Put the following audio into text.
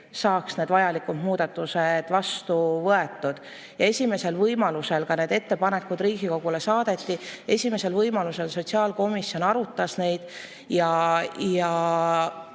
kiiresti vajalikud muudatused vastu võetud. Esimesel võimalusel need ettepanekud Riigikogule saadeti, esimesel võimalusel sotsiaalkomisjon arutas neid ja